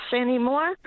anymore